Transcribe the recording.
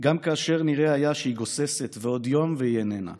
/ גם כאשר נדמה היה שהיא גוססת ועוד יום והיא איננה /